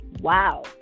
Wow